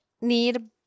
need